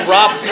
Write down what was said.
Rob